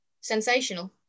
sensational